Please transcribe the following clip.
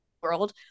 world